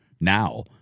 now